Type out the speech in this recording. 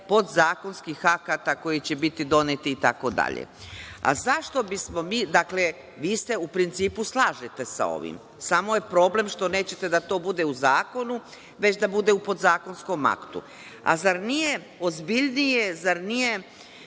podzakonskih akata koji će biti doneti itd. Dakle, vi se u principu slažete sa ovim, samo je problem što nećete da to bude u zakonu, već da bude u podzakonskom aktu. Zar nije ozbiljnije, zar nije